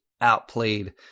outplayed